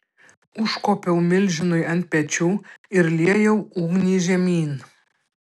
užkopiau milžinui ant pečių ir liejau ugnį žemyn